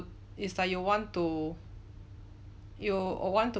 it's like you want to you want to